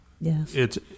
Yes